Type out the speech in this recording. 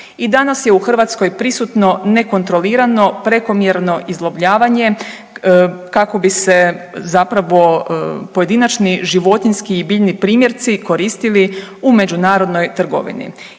I danas je u Hrvatskoj prisutno nekontrolirano prekomjerno izlovljavanje kako bi se zapravo pojedinačni životinjski i biljni primjerci koristili u međunarodnoj trgovini.